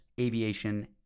aviation